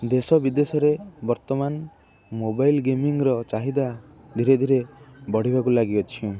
ଦେଶ ବିଦେଶରେ ବର୍ତ୍ତମାନ ମୋବାଇଲ୍ ଗେମିଂର ଚାହିଦା ଧୀରେ ଧୀରେ ବଢ଼ିବାକୁ ଲାଗିଅଛି